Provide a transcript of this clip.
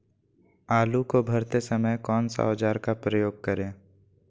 आलू को भरते समय कौन सा औजार का प्रयोग करें?